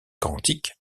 quantiques